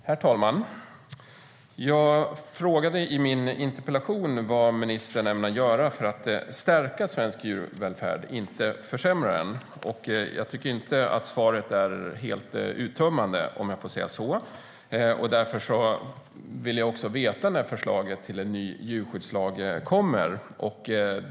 Herr talman! Jag frågade i min interpellation vad ministern ämnar göra för att stärka svensk djurvälfärd, inte försämra den, och jag tycker inte att svaret är helt uttömmande. Därför ville jag också veta när förslaget till en ny djurskyddslag kommer.